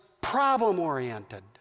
problem-oriented